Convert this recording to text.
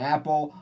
Apple